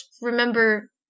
remember